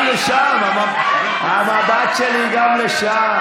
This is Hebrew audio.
אני גם לשם, המבט שלי גם לשם.